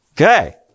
Okay